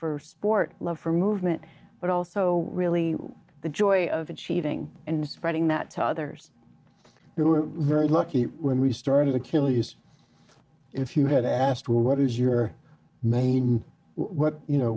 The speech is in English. for sport love for movement but also really the joy of achieving and spreading that to others who were very lucky when we started achilles if you had asked what is your main what you know